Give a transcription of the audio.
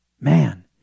Man